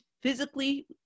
physically